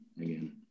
again